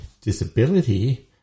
disability